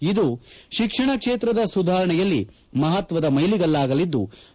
ಇದು ಶಿಕ್ಷಣ ಕ್ಷೇತ್ರದ ಸುಧಾರಣೆಯಲ್ಲಿ ಮಹತ್ವದ ಮೈಲಿಗಲ್ಲಾಗಲಿದ್ಲು